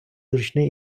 зручний